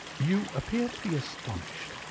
you appear to be astonished,